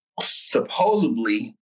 supposedly